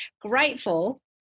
Grateful